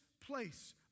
place